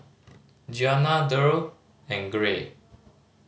Gianna Derl and Gray